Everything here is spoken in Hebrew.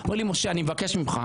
הוא אומר לי: משה, אני מבקש ממך.